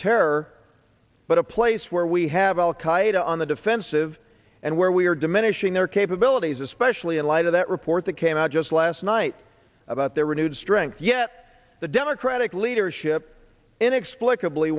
terror but a place where we have al qaeda on the defensive and where we are diminishing their capabilities especially in light of that report that came out just last night about their renewed strength yet the democratic leadership